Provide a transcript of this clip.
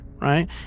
Right